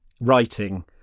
writing